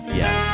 yes